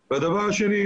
והשני,